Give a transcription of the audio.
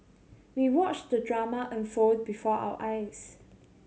we watched the drama unfold before our eyes